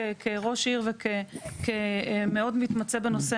כראש עיר ומאוד מתמצא בנושא,